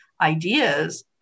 ideas